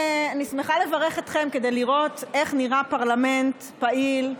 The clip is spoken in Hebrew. אני שמחה לברך אתכם כדי לראות איך נראה פרלמנט פעיל,